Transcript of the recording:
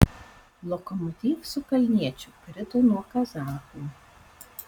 lokomotiv su kalniečiu krito nuo kazachų